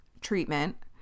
treatment